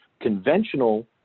conventional